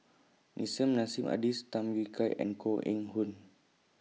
Nissim Nassim Adis Tham Yui Kai and Koh Eng Hoon